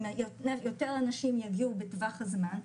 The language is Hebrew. יותר אנשים יגיעו בטווח הזמן,